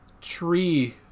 tree